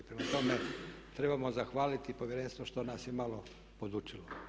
Prema tome, trebamo zahvaliti Povjerenstvu što nas je malo podučilo.